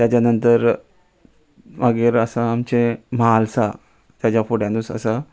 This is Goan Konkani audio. तेज्या नंतर मागीर आसा आमचे म्हालसा तेज्या फुड्यानूच आसा